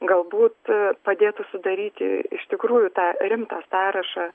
galbūt padėtų sudaryti iš tikrųjų tą rimtą sąrašą